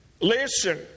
Listen